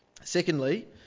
Secondly